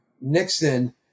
Nixon